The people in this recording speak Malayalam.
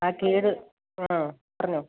ആ കേട് ആ പറഞ്ഞോ